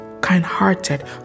kind-hearted